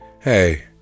Hey